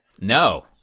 no